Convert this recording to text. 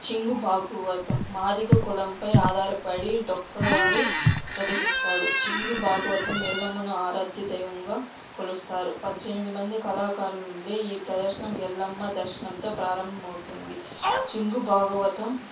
చింగు భాగవతం మాదిగ కులంపై ఆధారపడి డొక్కల వారి ప్రదర్శిస్తాడు చింగు భాగవతం ఎల్లమ్మను ఆరాధ్య దైవంగా కొలుస్తారు పజ్జెనిమిది మంది కళాకారులని ఈ ప్రదర్శన ఎల్లమ్మ దర్శనంతో ప్రారంభమవుతుంది చింగు భాగవతం